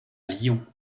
lyon